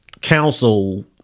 council